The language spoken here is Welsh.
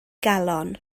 galon